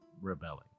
rebelling